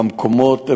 במקומות,